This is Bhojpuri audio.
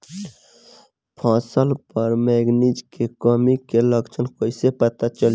फसल पर मैगनीज के कमी के लक्षण कइसे पता चली?